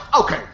Okay